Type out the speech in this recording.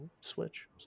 Switch